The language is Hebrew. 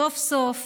סוף-סוף